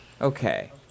Okay